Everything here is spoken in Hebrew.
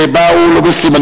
שבאו לוביסטים.